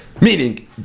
meaning